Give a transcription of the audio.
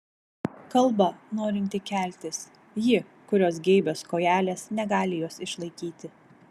kalba norinti keltis ji kurios geibios kojelės negali jos išlaikyti